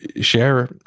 share